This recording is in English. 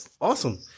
awesome